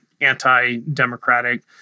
anti-democratic